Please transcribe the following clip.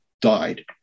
died